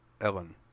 Ellen